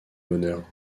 bonheur